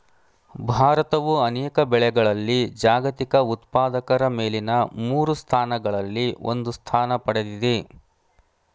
ಭಾರತವು ಅನೇಕ ಬೆಳೆಗಳಲ್ಲಿ ಜಾಗತಿಕ ಉತ್ಪಾದಕರ ಮೇಲಿನ ಮೂರು ಸ್ಥಾನಗಳಲ್ಲಿ ಒಂದು ಸ್ಥಾನ ಪಡೆದಿದೆ